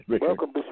welcome